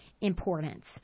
importance